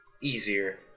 easier